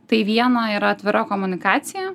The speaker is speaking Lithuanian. tai viena yra atvira komunikacija